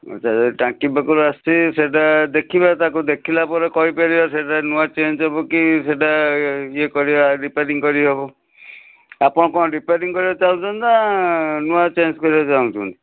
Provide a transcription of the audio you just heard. ଆଚ୍ଛା ଟାଙ୍କି ପାଖରୁ ଆସିଛି ସେଇଟା ଦେଖିବା ତାକୁ ଦେଖିଲା ପରେ କହିପାରିବା ସେଇଟା ନୂଆ ଚେଞ୍ଜ ହେବ କି ସେଇଟା ଇଏ କରିବା ରିପ୍ୟାରିଂ କରିହେବ ଆପଣ କଣ ରିପ୍ୟାରିଂ କରିବାକୁ ଚାହୁଁଛନ୍ତି ନା ନୂଆ ଚେଞ୍ଜ କରିବାକୁ ଚାହୁଁଛନ୍ତି